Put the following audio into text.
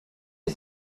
you